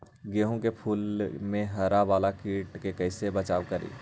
गोभी के फूल मे हरा वाला कीट से कैसे बचाब करें?